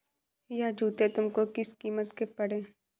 यह जूते तुमको किस कीमत के पड़े?